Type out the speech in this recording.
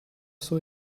saw